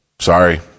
Sorry